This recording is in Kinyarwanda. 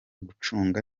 gucunga